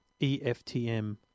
eftm